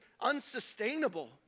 unsustainable